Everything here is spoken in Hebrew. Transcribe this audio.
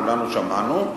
כולנו שמענו,